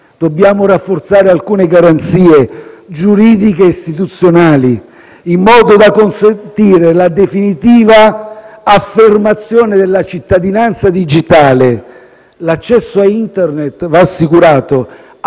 Dobbiamo rafforzare alcune garanzie giuridiche e istituzionali, in modo da consentire la definitiva affermazione della cittadinanza digitale. L'accesso a Internet va assicurato